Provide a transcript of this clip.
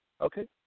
Okay